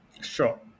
Sure